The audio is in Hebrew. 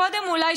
קודם אולי,